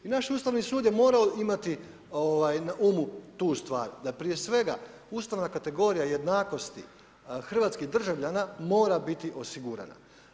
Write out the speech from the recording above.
I naš Ustavni sud je moram imati na umu tu stvar da prije svega ustavna kategorija jednakosti hrvatskih državljana mora biti osigurana.